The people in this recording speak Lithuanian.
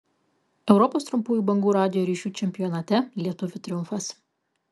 europos trumpųjų bangų radijo ryšių čempionate lietuvių triumfas